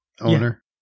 owner